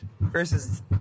versus